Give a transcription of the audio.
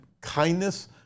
kindness